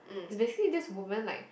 basically this woman like